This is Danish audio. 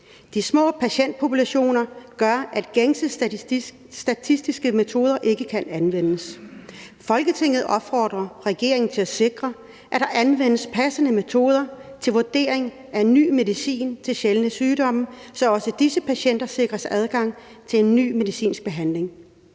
De små patientpopulationer gør, at gængse statistiske metoder ikke kan anvendes. Folketinget opfordrer regeringen til at sikre, at der anvendes passende metoder til vurdering af ny medicin til sjældne sygdomme, så også disse patienter sikres adgang til ny medicinsk behandling.